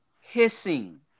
hissing